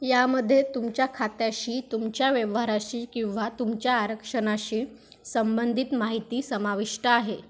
यामध्ये तुमच्या खात्याशी तुमच्या व्यवहाराशी किंवा तुमच्या आरक्षणाशी संबंधित माहिती समाविष्ट आहे